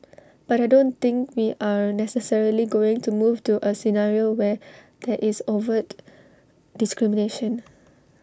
but I don't think we are necessarily going to move to A scenario where there is overt discrimination